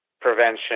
prevention